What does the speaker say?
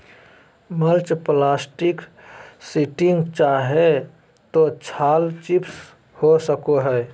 mulch plastic sheeting चाहे तो छाल चिप्स हो सको हइ